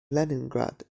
leningrad